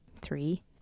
three